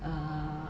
err